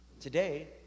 Today